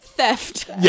theft